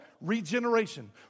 regeneration